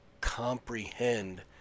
comprehend